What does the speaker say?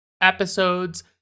episodes